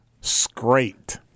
scraped